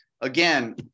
again